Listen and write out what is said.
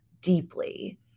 deeply